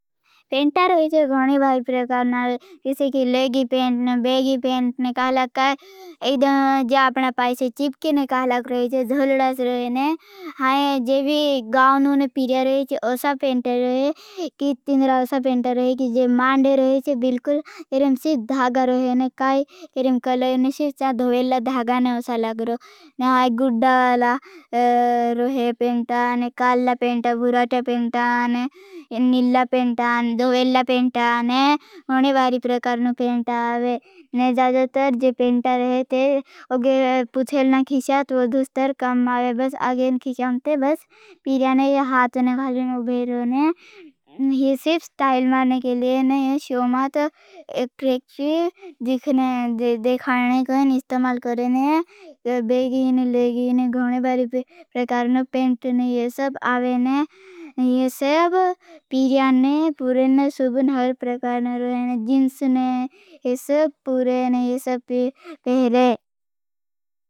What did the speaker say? पेंटा रोहींचे गौने बार प्रकार नावें किसी की लोगी पेंट ने बेगी पेंट ने कहला काई जापना पाईसे। चिपके ने कहला करोहींचे धोलडस रोहींचे। हाई जेबी गाउनू ने पिरिया रोहीचे ओसा पेंटा रोही। मांडे रोहीचे बिल्कुल सिर्फ धागा रोही ने कहला काई। सिर्फ धोलडस धागा ने उसा लागरो। हाई गुडडा रोही पेंटा ने काला पेंटा बुराटा पेंटा न निला पेंटा ने जोवेल्ला पेंटा ने होने बारी प्रकार ने पेंटा आवे। ज़ाजतर जे पेंटा रहे थे। उगे पुछेल ना खीशात वो धुस्तर काम आवे। बस आगे न खीशांते बस पीरियाने ये हाथ ने खाले न उभे रहे ने। ये सिप स्टाइल माने के लिए ने ये शोमात एक प्रेक्ट्री देखारने के लिए न इस्तमाल करेने। बेगी न लेगी ने होने बारी प्रकार न पेंटा ने। ये सब आवे ने ये सब पीरि होने बारी प्रेक्ट्री देखारने के लिए। ने ये सब आवे ने होने बारी।